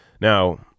Now